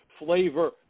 flavor